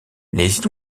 les